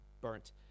burnt